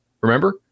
Remember